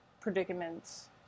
predicaments